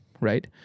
right